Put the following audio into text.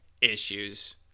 issues